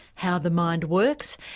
how the mind works,